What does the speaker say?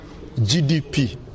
GDP